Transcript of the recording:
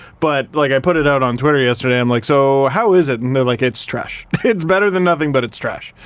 but like i put it out on twitter yesterday i'm like, so how is it and they're like, it's trash. it's better than nothing, but it's trash.